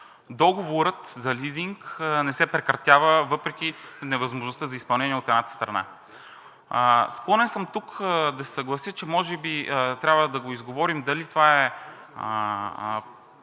договорът за лизинг не се прекратява въпреки невъзможността за изпълнение от едната страна. Склонен съм тук да се съглася, че може би трябва да го изговорим дали това е